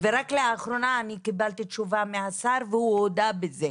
ורק לאחרונה קיבלתי תשובה מהשר, והוא הודה בזה.